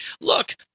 look